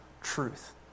truth